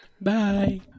Bye